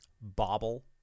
bobble